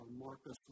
Marcus